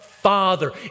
Father